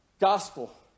gospel